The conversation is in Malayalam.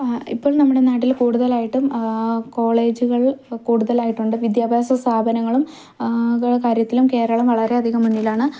ഇപ്പോൾ നമ്മുടെ നാട്ടിൽ കൂടുതലായിട്ടും കോളേജുകൾ കൂടുതലായിട്ട് ഉണ്ട് വിദ്യാഭ്യാസ സ്ഥാപനങ്ങളും കാര്യത്തിൽ കേരളം വളരെ അധികം മുന്നിലാണ്